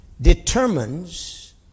determines